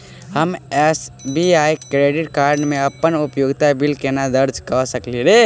हम SBI credit card मे अप्पन उपयोगिता बिल केना दर्ज करऽ सकलिये?